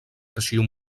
arxiu